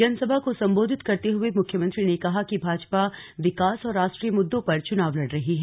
जनसभा को संबोधित करते हुए मुख्यमंत्री ने कहा कि भाजपा विकास और राष्ट्रीय मुद्दों पर चुनाव लड़ रही है